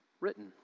written